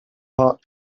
part